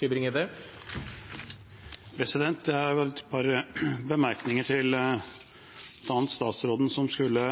Jeg har et par bemerkninger, bl.a. til utenriksministeren, som skulle